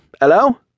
Hello